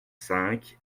cinq